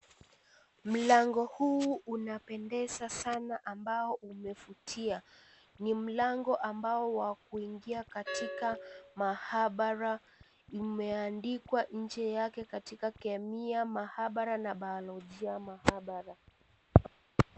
Mlango huu unapendeza sana ambao umevutia, ni mlango ambao wa kuingia katika mahabara, imeandikwa nje yake katika kemia mahabara na biyolojia mahabara.